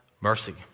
mercy